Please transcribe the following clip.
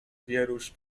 wierusz